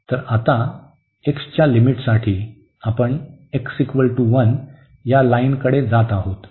तर आता x च्या लिमिटसाठी आपण x 1 या लाईनकडे जात आहोत